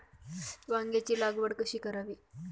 वांग्यांची लागवड कशी करावी?